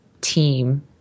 team